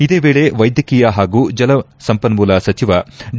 ಇದೇ ವೇಳೆ ವೈದ್ವಕೀಯ ಹಾಗೂ ಜಲಸಂಪನ್ನೂಲ ಸಚಿವ ಡಿ